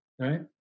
right